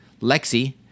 Lexi